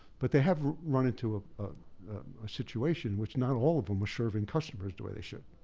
but they have run into a situation, which not all of them are serving customers the way they should.